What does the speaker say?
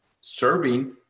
serving